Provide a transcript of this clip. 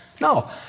No